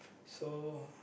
so